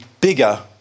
bigger